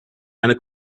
eine